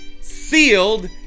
sealed